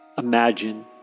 Imagine